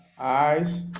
eyes